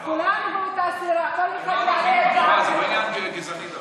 אז כולנו באותה סירה, אז זה לא עניין גזעני דווקא.